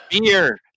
beer